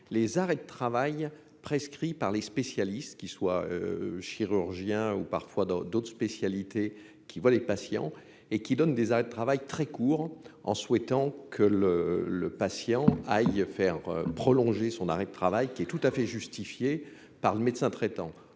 les arrêts de travail prescrits par les spécialistes qui soit chirurgien ou parfois dans d'autres spécialités qui voit les patients et qui donne des arrêts de travail très court, en souhaitant que le le patient faire prolonger son arrêt de travail qui est tout à fait justifiée par le médecin traitant,